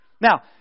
Now